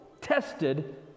tested